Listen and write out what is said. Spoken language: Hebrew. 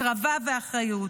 הקרבה ואחריות.